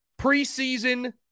Preseason